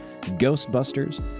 Ghostbusters